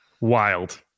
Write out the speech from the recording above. Wild